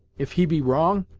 if he be wrong,